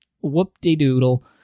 Whoop-de-doodle